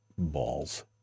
balls